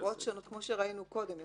עבירות שונות כמו שראינו קודם.